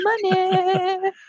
money